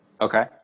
Okay